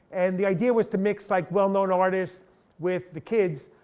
and the idea was to mix like well known artists with the kids.